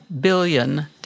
billion